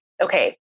okay